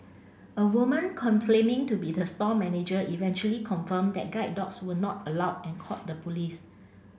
a woman to be the store manager eventually confirmed that guide dogs were not allowed and called the police